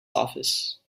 office